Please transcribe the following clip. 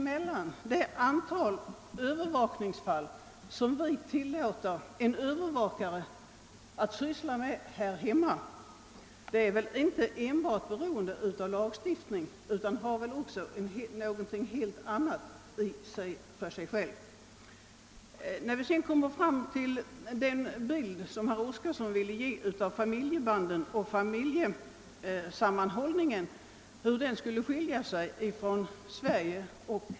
Men antalet övervakningsfall som vi tillåter en övervakare att syssla med här hemma och det antal fall som en övervakare i Amerika tillåtes att syssla med sammanhänger inte enbart med vederbörande lands lagstiftning, utan däri ligger någonting helt annat. Herr Oskarson ville ge en bild av hur familjebanden och familjesammanhållningen tedde sig i USA jämfört med i Sverige.